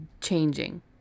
changing